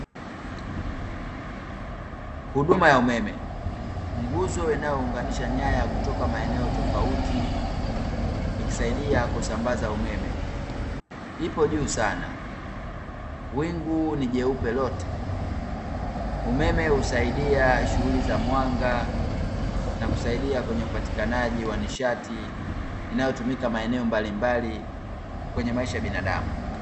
Huduma ya umeme; nguzo inayounganisha nyaya kutoka maeneo tofauti ikisaidia kusambaza umeme ipo juu sana. Wingu ni jeupe lote, umeme husaidia shughuli za mwanga na kusaidia kwenye upatikanaji wa nishati inayotumika maeneo mbalimbali kwenye maisha ya binadamu.